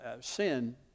sin